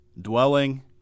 dwelling